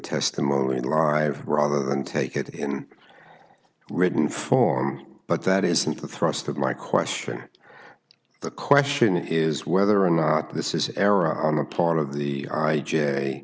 testimony live rather than take it in written form but that isn't the thrust of my question the question is whether or not this is error on the part of the